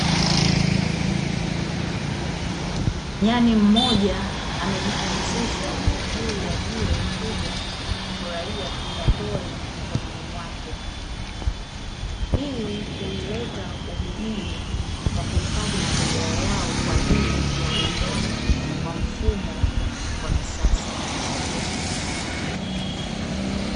Nyani mmoja amejipumzisha juu ya jiwe kubwa akifurahia tunda pori mikononi mwake, hii huleta umuhimu wa kuhifadhi mazingira yao kwajili ya uwiano wa mfumo wa kisasa.